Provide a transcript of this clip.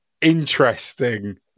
interesting